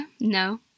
No